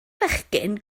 fechgyn